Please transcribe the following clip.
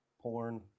porn